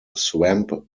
swamp